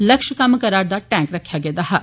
लक्ष्य कम्म करदा टैंक रक्खेया गेदा हा